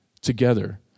together